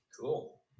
Cool